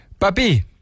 Papi